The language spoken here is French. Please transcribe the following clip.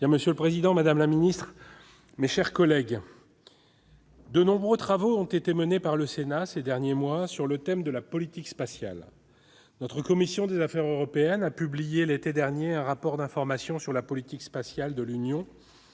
Monsieur le président, madame la ministre, mes chers collègues, de nombreux travaux ont été menés par le Sénat ces derniers mois sur le thème de la politique spatiale : notre commission des affaires européennes a publié, l'été dernier, un rapport d'information sur la politique spatiale de l'Union